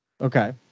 Okay